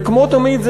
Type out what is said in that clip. וכמו תמיד,